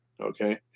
Okay